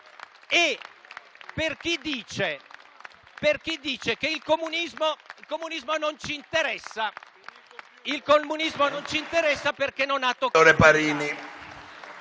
per chi dice che il comunismo non ci interessa, perché non ha toccato